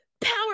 power